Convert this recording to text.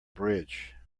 bridge